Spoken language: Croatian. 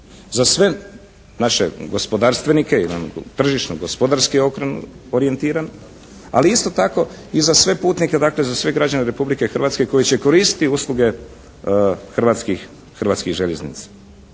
za sve naše gospodarstvenike jer on je tržišno-gospodarski orijentiran, ali isto tako i za sve putnike, dakle za sve građane Republike Hrvatske koji će koristiti usluge Hrvatskih željeznica.